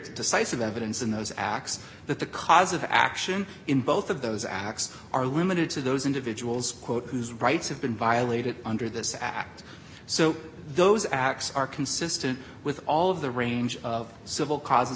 decisive evidence in those acts that the cause of action in both of those acts are limited to those individuals quote whose rights have been violated under this act so those acts are consistent with all of the range of civil causes